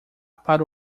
para